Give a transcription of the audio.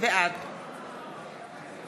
בעד